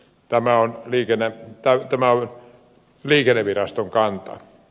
tämä on liikenneviraston kanta